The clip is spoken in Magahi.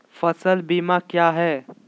फ़सल बीमा क्या है?